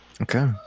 okay